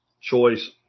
choice